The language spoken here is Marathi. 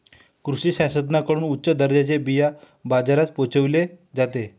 कृषी शास्त्रज्ञांकडून उच्च दर्जाचे बिया बाजारात पोहोचवले जाते